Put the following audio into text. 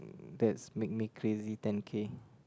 that's make me crazy ten K